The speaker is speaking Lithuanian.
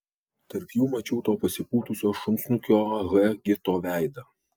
tarp jų mačiau to pasipūtusio šunsnukio ah gito veidą